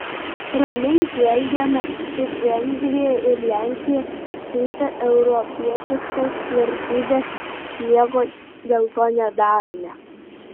ramiai žvelgiame kaip vengrija ir lenkija trypia europietiškas vertybes nieko dėl to nedarome